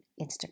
Instagram